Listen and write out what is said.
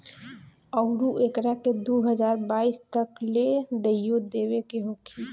अउरु एकरा के दू हज़ार बाईस तक ले देइयो देवे के होखी